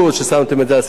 ששמתם את זה על סדר-היום,